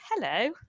hello